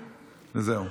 וזהו.